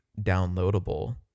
downloadable